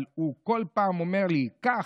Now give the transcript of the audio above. אבל הוא כל פעם אומר לי: קח,